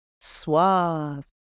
Suave